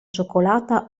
cioccolata